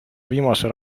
viimase